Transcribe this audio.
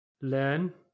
learn